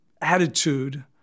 attitude